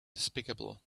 despicable